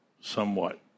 somewhat